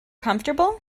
comfortable